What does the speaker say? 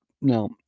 now